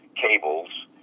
cables